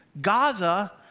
Gaza